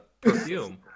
perfume